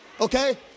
okay